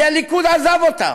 כי הליכוד עזב אותם.